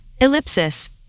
ellipsis